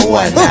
one